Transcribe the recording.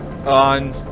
On